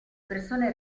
persone